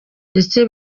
ndetse